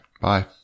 Bye